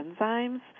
enzymes